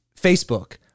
Facebook